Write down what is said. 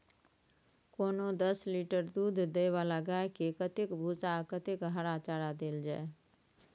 कोनो दस लीटर दूध दै वाला गाय के कतेक भूसा आ कतेक हरा चारा देल जाय?